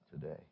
today